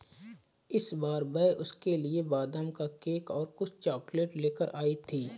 इस बार वह उसके लिए बादाम का केक और कुछ चॉकलेट लेकर आई थी